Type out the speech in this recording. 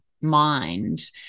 mind